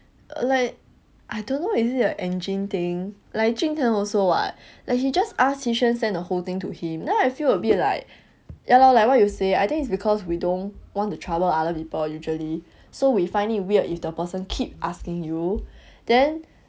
like I don't know is it like an engine thing like jun tng also [what] like he just ask send the whole thing to him then I feel a bit like ya lor like what you say I think it's because we don't want to trouble other people usually so we find it weird if the person keep asking you then